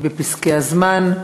בפסקי הזמן.